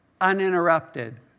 uninterrupted